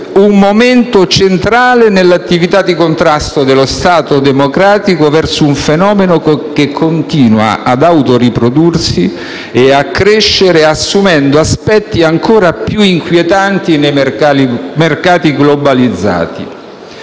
un momento centrale nell'attività di contrasto dello Stato democratico verso un fenomeno che continua ad autoriprodursi e a crescere, assumendo aspetti ancora più inquietanti nei mercati globalizzati.